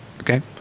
Okay